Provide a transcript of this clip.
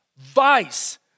vice